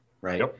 right